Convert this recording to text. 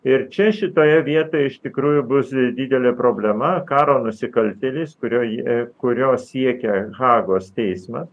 ir čia šitoje vietoje iš tikrųjų bus didelė problema karo nusikaltėlis kurio jie kurio siekia hagos teismas